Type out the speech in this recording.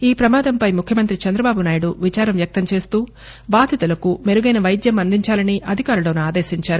ఈ ప్రమాదంపై ముఖ్యమంతి చందబాబునాయడు విచారం వ్యక్తం చేస్తూ బాధితులకు మెరుగైన వైద్యం అందించాలని అధికారులను ఆదేశించారు